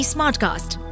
Smartcast